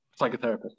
psychotherapist